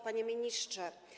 Panie Ministrze!